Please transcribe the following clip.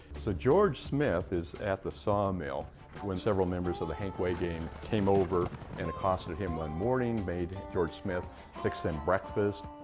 so george smith is at the sawmill when several members of the hank way gang came over and accosted him one morning, made george smith fix them breakfast.